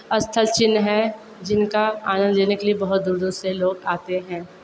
स्थल चिह्न है जिनका आनंद लेने के लिए बहुत दूर दूर से लोग आते हैं